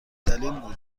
دلیل